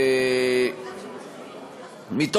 זאת,